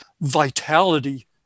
vitality